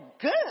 good